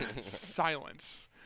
Silence